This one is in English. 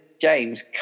James